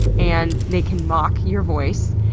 and they can mock your voice,